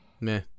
Meh